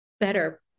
better